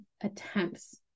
attempts